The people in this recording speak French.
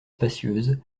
spacieuse